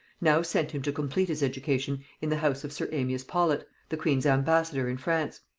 now sent him to complete his education in the house of sir amias paulet, the queen's ambassador in france.